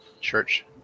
church